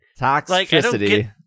Toxicity